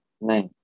nice